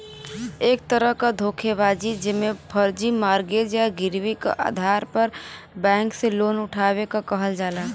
एक तरह क धोखेबाजी जेमे फर्जी मॉर्गेज या गिरवी क आधार पर बैंक से लोन उठावे क कहल जाला